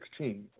2016